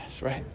right